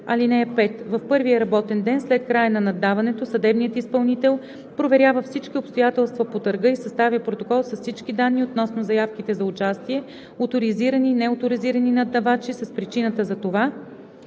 ал. 5: „(5) В първия работен ден след края на наддаването съдебният изпълнител проверява всички обстоятелства по търга и съставя протокол с всички данни относно заявките за участие, оторизирани и неоторизирани наддавачи с причината за това,